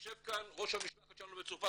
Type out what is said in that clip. יושב כאן ראש המשלחת שלנו לצרפת,